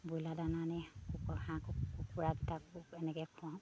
broiler দানা আনি কুক হাঁহ কুকুৰা দুটাক এনেকৈ খুৱাওঁ